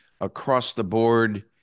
across-the-board